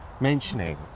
mentioning